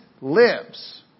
lives